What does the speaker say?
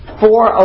four